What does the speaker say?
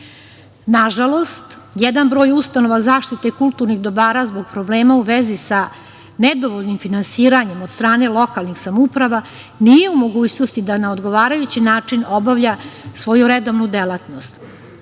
način. Nažalost, jedan broj ustanova zaštite kulturnih dobara zbog problema u vezi sa nedovoljnim finansiranjem od strane lokalnih samouprava nije u mogućnosti da na odgovarajući način obavlja svoju redovnu delatnost.